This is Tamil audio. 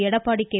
எடப்பாடி கே